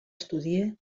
estudie